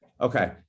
Okay